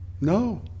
No